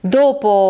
dopo